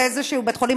לאיזשהו בית-חולים,